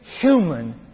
human